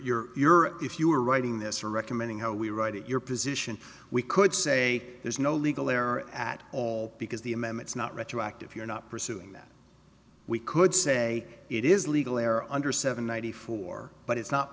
your if you were writing this or recommending how we write it your position we could say there's no legal there at all because the m m it's not retroactive you're not pursuing that we could say it is legally or under seven ninety four but it's not